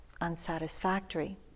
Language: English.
unsatisfactory